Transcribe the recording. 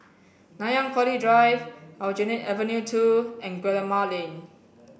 Nanyang Poly Drive Aljunied Avenue Two and Guillemard Lane